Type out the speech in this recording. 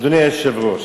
אדוני היושב-ראש,